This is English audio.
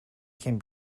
can